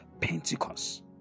pentecost